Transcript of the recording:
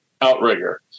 outrigger